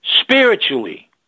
Spiritually